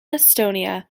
estonia